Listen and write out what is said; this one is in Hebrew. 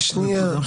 חברים, שנייה.